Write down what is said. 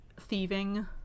thieving